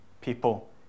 people